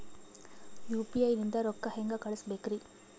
UPI ನಿಂದ ರೊಕ್ಕ ಹೆಂಗ ಕಳಸಬೇಕ್ರಿ?